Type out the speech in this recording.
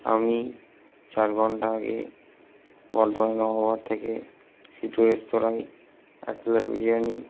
আমি চার ঘণ্টা আগে বর্ধমানের নম্বর থেকে সিটু রেস্তোরাঁয় এক প্লেট বিরিয়ানি